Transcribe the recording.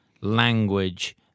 language